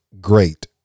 great